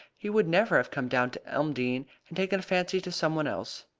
he would never have come down to elmdene and taken a fancy to some one else.